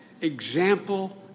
Example